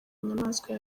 inyamaswa